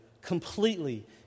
completely